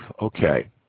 okay